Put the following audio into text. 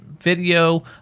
video